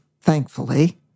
thankfully